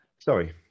Sorry